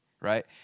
right